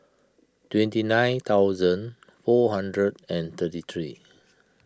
twenty nine thousand four hundred and thirty three